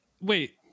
wait